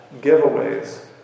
giveaways